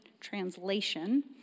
translation